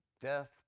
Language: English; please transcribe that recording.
death